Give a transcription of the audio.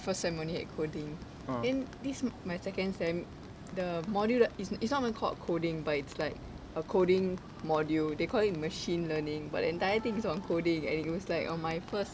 first sem only had coding then this my second sem the module like it's it's not even called coding but it's like a coding module they call it machine learning but the entire thing is on coding and it was like on my first